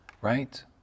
Right